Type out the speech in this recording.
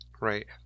Right